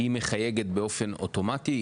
היא מחייגת באופן אוטומטי?